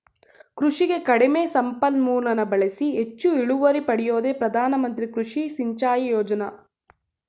ಕೃಷಿಗೆ ಕಡಿಮೆ ಸಂಪನ್ಮೂಲನ ಬಳ್ಸಿ ಹೆಚ್ಚು ಇಳುವರಿ ಪಡ್ಯೋದೇ ಪ್ರಧಾನಮಂತ್ರಿ ಕೃಷಿ ಸಿಂಚಾಯಿ ಯೋಜ್ನೆ